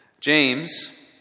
James